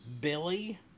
Billy